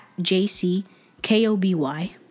jckoby